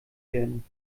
werden